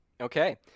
Okay